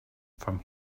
from